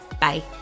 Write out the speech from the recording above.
Bye